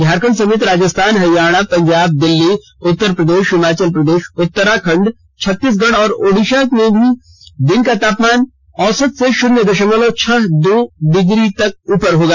झारखंड समेत राजस्थान हरियाणा पंजाब दिल्ली उत्तर प्रदेश हिमाचल प्रदेश उत्तराखंड छत्तीसगढ़ और ओडिशा में दिन का अधिकतम तापमान औसत से शून्य दशमलव छह दौ डिग्री तक ऊपर होगा